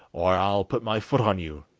or i'll put my foot on you,